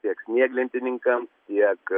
tiek snieglentininkam tiek